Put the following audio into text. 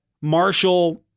Marshall